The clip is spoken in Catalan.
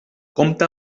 compta